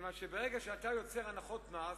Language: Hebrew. מכיוון שברגע שיוצרים הנחות מס,